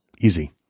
Easy